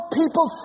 people